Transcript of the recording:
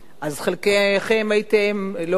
אז חלקכם הייתם, לא את,